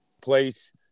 Place